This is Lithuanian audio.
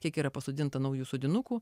kiek yra pasodinta naujų sodinukų